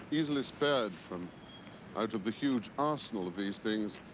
easily spared from out of the huge arsenal of these things,